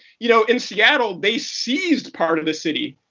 you know in seattle, they seized part of the city.